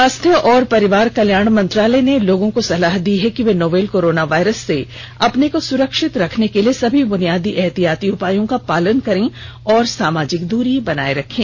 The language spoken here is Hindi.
स्वास्थ्य और परिवार कल्याण मंत्रालय ने लोगों को सलाह दी है कि वे नोवल कोरोना वायरस से अपने को सुरक्षित रखने के लिए सभी बुनियादी एहतियाती उपायों का पालन करें और सामाजिक दूरी बनाए रखें